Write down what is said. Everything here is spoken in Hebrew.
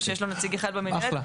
ושיש לו נציג אחד במינהלת.